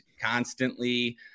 constantly